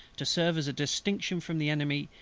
to serve as a distinction from the enemy's,